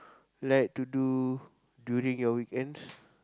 like to do during your weekends